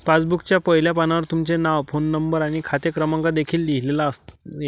पासबुकच्या पहिल्या पानावर तुमचे नाव, फोन नंबर आणि खाते क्रमांक देखील लिहिलेला असेल